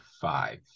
five